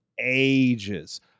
ages